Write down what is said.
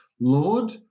Lord